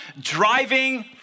driving